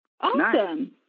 Awesome